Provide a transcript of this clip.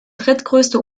drittgrößte